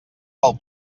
pel